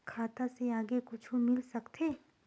खाता से आगे कुछु मिल सकथे?